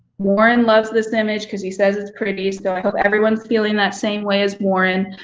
warren loves this image because he says it's pretty, so i hope everyone's feeling that same way as warren.